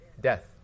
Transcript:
Death